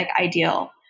ideal